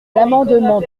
l’amendement